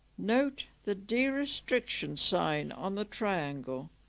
note the de-restriction sign on the triangle,